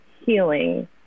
healing